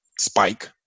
spike